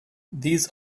these